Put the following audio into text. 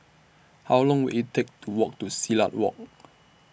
How Long Will IT Take to Walk to Silat Walk